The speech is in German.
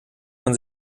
man